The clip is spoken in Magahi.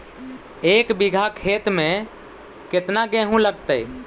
एक बिघा खेत में केतना गेहूं लगतै?